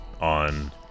on